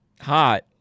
hot